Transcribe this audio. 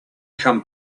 come